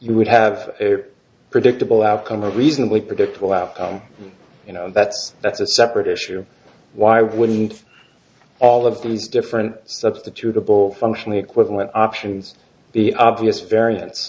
we would have a predictable outcome of reasonably predictable outcome you know that's that's a separate issue why wouldn't all of these different substitutable functionally equivalent options the obvious varian